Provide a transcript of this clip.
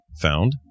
found